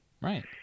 Right